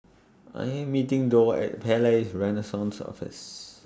I Am meeting Dorr At Palais Renaissance Office